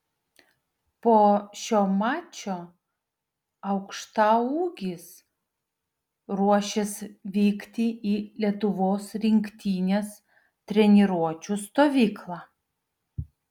po šio mačo aukštaūgis ruošis vykti į lietuvos rinktinės treniruočių stovyklą